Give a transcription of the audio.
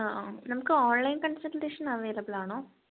ആ നമുക്ക് online consultation അവൈലെബിളാണോ